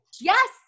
Yes